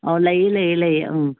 ꯑꯧ ꯂꯩꯌꯦ ꯂꯩꯌꯦ ꯂꯩꯌꯦ ꯑꯪ